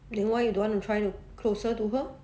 then why you don't want to try to closer to her